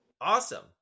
Awesome